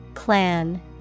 Clan